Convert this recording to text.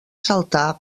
saltar